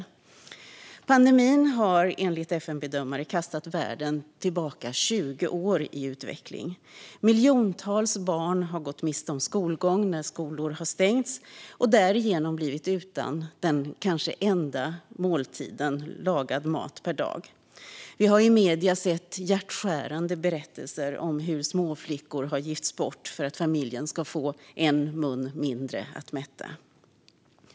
Pandemin har enligt FN-bedömare kastat världen tillbaka 20 år i utveckling. Miljontals barn har gått miste om skolgång när skolor har stängts och har därigenom blivit utan den kanske enda lagade måltiden per dag. Vi har i medierna sett hjärtskärande berättelser om hur småflickor har gifts bort för att familjen ska få en mun mindre att mätta.